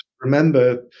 remember